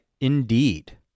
Indeed